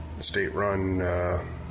state-run